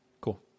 cool